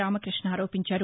రామకృష్ణ ఆరోపించారు